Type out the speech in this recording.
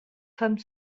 femme